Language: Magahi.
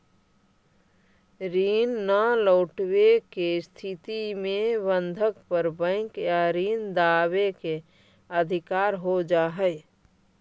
ऋण न लौटवे के स्थिति में बंधक पर बैंक या ऋण दावे के अधिकार हो जा हई